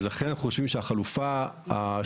אז לכן אנחנו חושבים שהחלופה הבניינית,